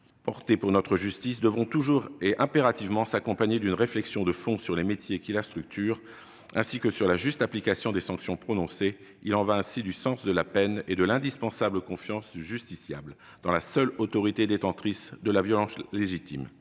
porter pour notre justice devront toujours et impérativement s'accompagner d'une réflexion de fond sur les métiers qui la structurent, ainsi que sur la juste application des sanctions prononcées. Il y va du sens de la peine et de l'indispensable confiance du justiciable dans la seule autorité détentrice de la violence légitime.